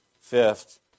fifth